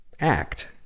act